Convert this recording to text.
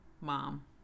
mom